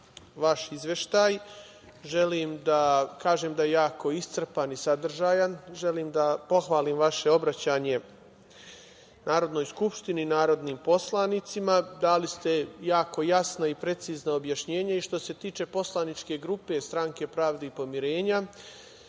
vaš Izveštaj. Želim da kažem da je jako iscrpan i sadržajan. Želim da pohvalim vaše obraćanje Narodnoj skupštini, narodnim poslanicima. Dali ste jako jasna i precizna objašnjenja i što se tiče poslaničke grupe Stranke pravde i pomirenja